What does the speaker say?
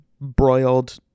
broiled